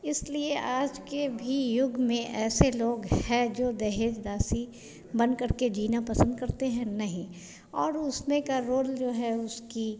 इसलिए आज के भी युग में ऐसे लोग हैं जो दहेज दासी बनकर के जीना पसंद करते हैं नहीं और उसमें का रोल जो है उसकी